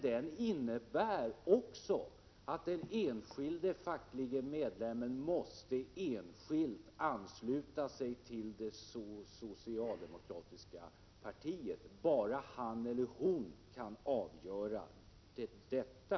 Den innebär också att den enskilda medlemmen i facket enskilt måste ansluta sig till det socialdemokratiska partiet. Bara han eller hon kan avgöra detta.